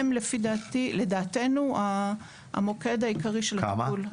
הם לדעתנו המוקד העיקרי של הטיפול.